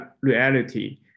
reality